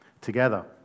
together